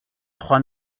trois